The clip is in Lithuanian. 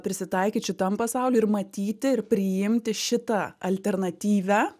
prisitaikyt šitam pasauly ir matyti ir priimti šitą alternatyvią